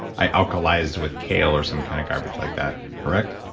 i alkalize with kale or some kind of garbage like that. correct?